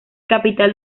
capital